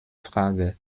frage